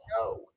No